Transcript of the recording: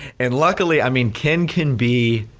and luckily, i mean ken can be